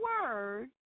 word